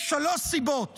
יש שלוש סיבות